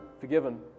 forgiven